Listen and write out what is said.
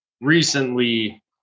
recently